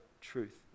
truth